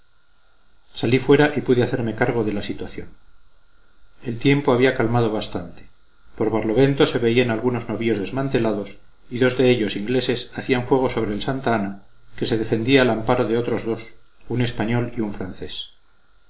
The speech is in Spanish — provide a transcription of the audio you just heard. salí fuera y pude hacerme cargo de la situación el tiempo había calmado bastante por barlovento se veían algunos navíos desmantelados y dos de ellos ingleses hacían fuego sobre el santa ana que se defendía al amparo de otros dos un español y un francés